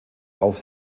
auf